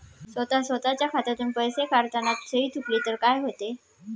स्वतः स्वतःच्या खात्यातून पैसे काढताना सही चुकली तर काय होते?